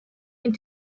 and